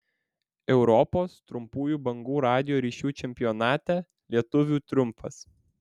europos trumpųjų bangų radijo ryšių čempionate lietuvių triumfas